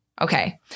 Okay